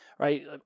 Right